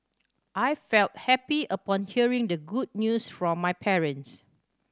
I felt happy upon hearing the good news from my parents